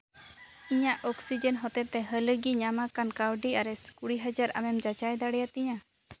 ᱤᱧᱟᱹᱜ ᱚᱠᱥᱤᱡᱮᱱ ᱦᱚᱛᱮᱛᱮ ᱦᱟᱹᱞᱤᱜᱮ ᱧᱟᱢᱟᱠᱟᱱ ᱠᱟᱹᱣᱰᱤ ᱟᱨᱮᱥ ᱠᱩᱲᱤ ᱦᱟᱡᱟᱨ ᱟᱢᱮᱢ ᱡᱟᱪᱟᱭ ᱫᱟᱲᱮᱭᱟᱛᱤᱧᱟᱹ